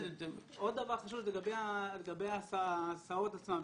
עוד דבר חשוב לגבי ההסעות עצמן.